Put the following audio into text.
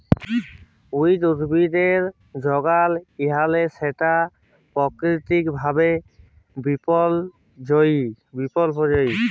weed উদ্ভিদের যগাল হ্যইলে সেট পাকিতিক ভাবে বিপর্যয়ী